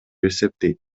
эсептейт